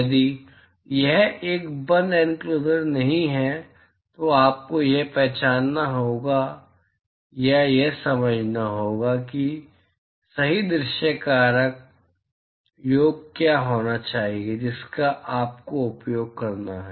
यदि यह एक बंद इनक्लोसर नहीं है तो आपको यह पहचानना होगा या यह समझना होगा कि सही दृश्य कारक योग क्या होना चाहिए जिसका आपको उपयोग करना है